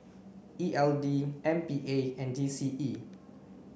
E L D M P A and G C E